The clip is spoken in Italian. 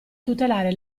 tutelare